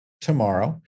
tomorrow